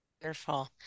Wonderful